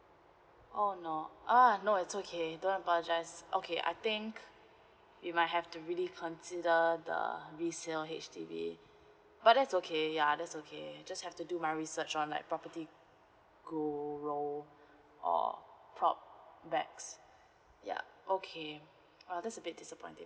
oh not ah no it's okay don't have to apologise okay I think we might have to really consider the resale H_D_B but that's okay ya that's okay just have to do my research on like property guru or propbacks yeah okay uh that's a bit disappointing